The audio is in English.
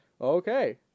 Okay